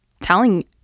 telling